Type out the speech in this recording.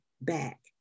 back